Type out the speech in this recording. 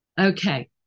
Okay